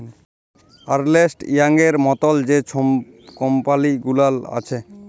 আর্লেস্ট ইয়াংয়ের মতল যে ছব কম্পালি গুলাল আছে